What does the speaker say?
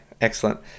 excellent